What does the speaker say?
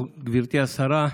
גברתי השרה,